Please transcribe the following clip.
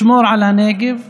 לשמור על הנגב,